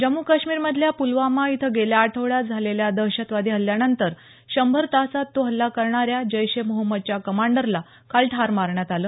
जम्मू काश्मीरमधल्या पुलवामा इथं गेल्या आठवड्यात झालेल्या दहशतवादी हल्ल्यानंतर शंभर तासात तो हल्ला करणाऱ्या जैश ए मोहम्मदच्या कमांडरला काल ठार मारण्यात आलं